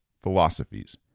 philosophies